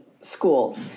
school